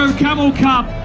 um camel cup!